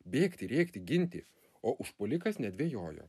bėgti rėkti ginti o užpuolikas nedvejojo